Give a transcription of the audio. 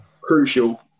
crucial